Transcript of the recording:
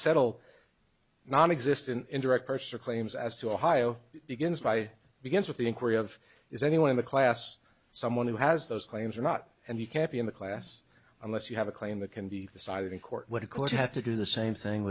settle nonexistent in direct personal claims as to ohio begins by begins with the inquiry of is anyone in the class someone who has those claims or not and you can't be in the class unless you have a claim that can be decided in court what of course you have to do the same thing